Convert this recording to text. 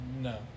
No